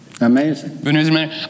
Amazing